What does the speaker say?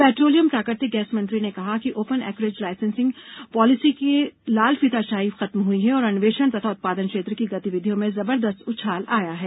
petroleum और प्राकृतिक gas मंत्री ने कहा कि ओपन एकरेज लाइसेंसिंग पॉलिसी से लाल फीताशाही खत्म हुई है और अन्वेषण तथा उत्पादन क्षेत्र की गतिविधियों में जबरदस्त उछाल आया है